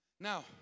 Now